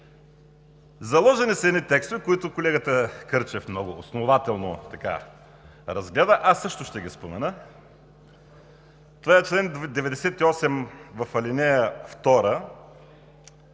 Заложени са едни текстове, които колегата Кърчев много основателно разгледа. Аз също ще ги спомена. Това е чл. 98 – в ал. 2